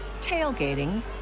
tailgating